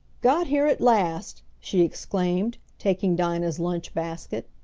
got here at last! she exclaimed, taking dinah's lunch basket.